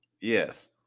Yes